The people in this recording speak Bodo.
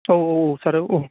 औ औ सार औ औ